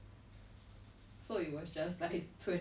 another luxury